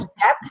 depth